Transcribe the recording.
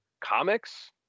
comics